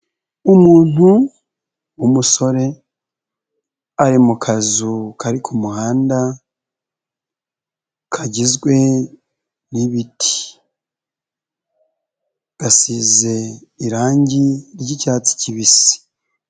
Umuntu w'umusore ari mu kazu kari ku kumuhanda kagizwe n'ibiti gasize irangi ry'icyatsi kibisi.